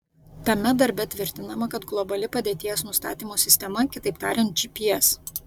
tame darbe tvirtinama kad globali padėties nustatymo sistema kitaip tariant gps